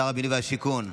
שר הבינוי והשיכון.